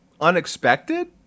unexpected